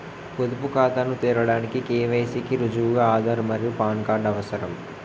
పొదుపు ఖాతాను తెరవడానికి కే.వై.సి కి రుజువుగా ఆధార్ మరియు పాన్ కార్డ్ అవసరం